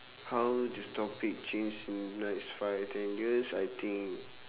how this topic change in the next five or ten years I think